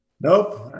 Nope